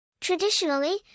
Traditionally